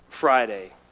friday